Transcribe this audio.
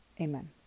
Amen